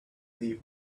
leave